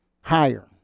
higher